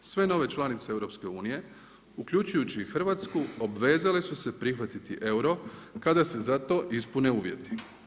Sve nove članice EU uključujući i Hrvatsku obvezale su se prihvatiti euro kada se za to ispune uvjeti.